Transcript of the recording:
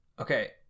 okay